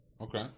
Okay